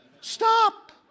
Stop